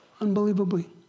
unbelievably